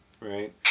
right